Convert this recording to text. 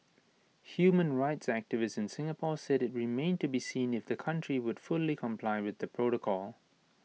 human rights activists in Singapore said IT remained to be seen if the country would fully comply with the protocol